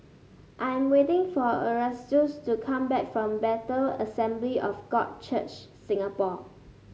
I am waiting for Erastus to come back from Bethel Assembly of God Church Singapore